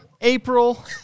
April